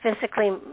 physically